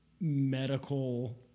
medical